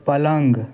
पलङ्ग